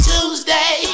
Tuesday